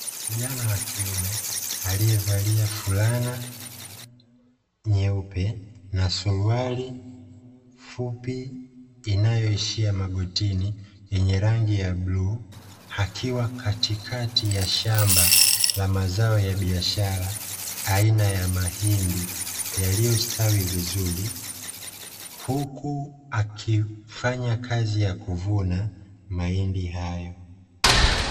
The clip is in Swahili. Kijana wa kiume aliyevalia fulana nyeupe, na suruali fupi inayoishia magotini yenye rangi ya bluu, akiwa katikati ya shamba la mazao ya biashara aina ya mahindi yaliyostawi vizuri, huku akifanya kazi ya kuvuna mahindi hayo.